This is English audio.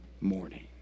morning